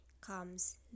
comes